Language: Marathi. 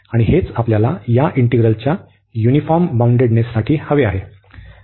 आणि हेच आपल्याला या इंटिग्रलच्या युनिफॉर्म बाउंडेडनेससाठी हवे आहे